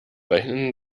rechnen